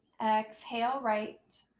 exhale right.